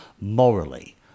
morally